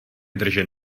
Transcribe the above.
držen